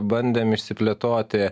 bandėm išsiplėtoti